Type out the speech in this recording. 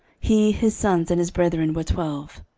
he, his sons, and his brethren, were twelve.